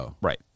right